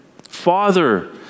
Father